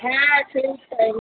হ্যাঁ সেইটাই